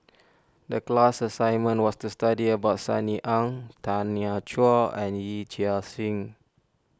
the class assignment was to study about Sunny Ang Tanya Chua and Yee Chia Hsing